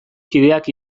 kideak